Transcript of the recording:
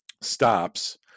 stops